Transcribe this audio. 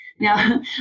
Now